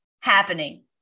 happening